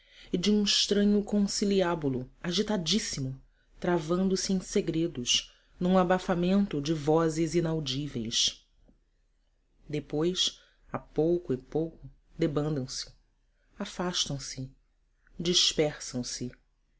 e de um estranho conciliábulo agitadíssimo travandose em segredos num abafamento de vozes inaudíveis depois a pouco e pouco debandam afastam se dispersam se